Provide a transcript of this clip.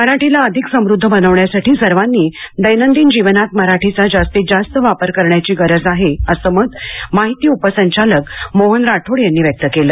मराठीला अधिक समृध्द बनविण्यासाठी सर्वांनी दैनंदिन जीवनात मराठीचा जास्तीत जास्त वापर करण्याची गरज आहे असं मत माहिती उपसंचालक मोहन राठोड यांनी व्यक्त केलं